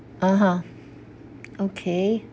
(uh huh) okay